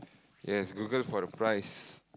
yes Google for the price